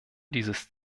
dieses